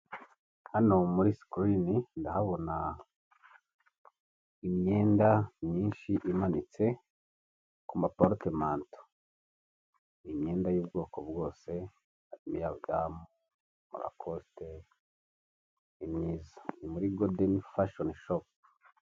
Hano muri sicilini ndahabona imyenda myinshi imanitse kumaparotemanto. Ni imyenda y'ubwoko bwose Racosite nindi mwiza ni muri godeni fashoni shopu.